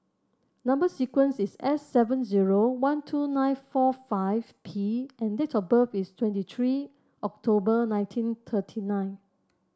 number sequence is S seven zero one two nine four five P and date of birth is twenty three October nineteen thirty nine